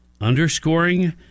Underscoring